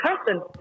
person